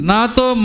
Nato